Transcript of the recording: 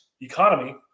economy